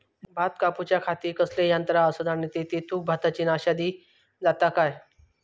भात कापूच्या खाती कसले यांत्रा आसत आणि तेतुत भाताची नाशादी जाता काय?